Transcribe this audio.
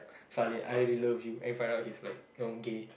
suddenly I love you and find out he's like know gay